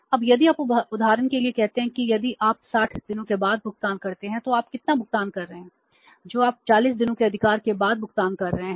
अब यदि आप उदाहरण के लिए कहते हैं कि यदि आप 60 दिनों के बाद भुगतान करते हैं तो आप कितना भुगतान कर रहे हैं जो आप 40 दिनों के अधिकार के बाद भुगतान कर रहे हैं